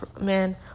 man